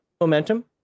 Momentum